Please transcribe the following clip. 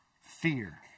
fear